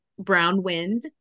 Brownwind